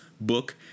book